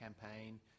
campaign